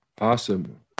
Awesome